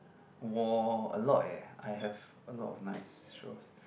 war a lot eh I have a lot of nice shows